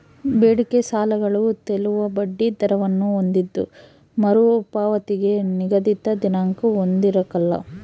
ಬೇಡಿಕೆ ಸಾಲಗಳು ತೇಲುವ ಬಡ್ಡಿ ದರವನ್ನು ಹೊಂದಿದ್ದು ಮರುಪಾವತಿಗೆ ನಿಗದಿತ ದಿನಾಂಕ ಹೊಂದಿರಕಲ್ಲ